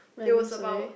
it was about